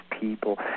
people